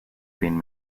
been